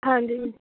ਹਾਂਜੀ